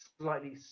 slightly